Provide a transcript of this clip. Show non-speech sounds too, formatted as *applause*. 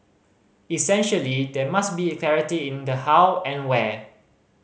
essentially there must be *unintelligible* clarity in the how and where